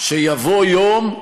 שיבוא יום,